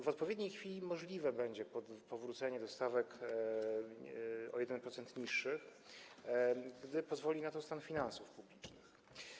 W odpowiedniej chwili możliwe będzie powrócenie do stawek o 1% niższych, gdy pozwoli na to stan finansów publicznych.